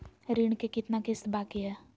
ऋण के कितना किस्त बाकी है?